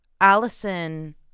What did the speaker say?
Allison